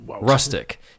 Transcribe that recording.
Rustic